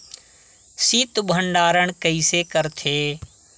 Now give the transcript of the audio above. शीत भंडारण कइसे करथे?